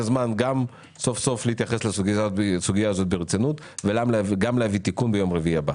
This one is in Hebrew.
זה זמן להתייחס לסוגיה ברצינות ולהביא תיקון ביום רביעי הבא.